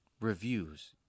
reviews